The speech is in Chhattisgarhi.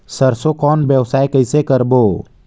सरसो कौन व्यवसाय कइसे करबो?